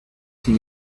qu’il